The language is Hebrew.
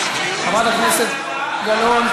חברת הכנסת גלאון?